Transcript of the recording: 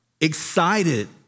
excited